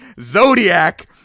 Zodiac